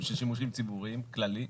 שימושים ציבוריים כללי,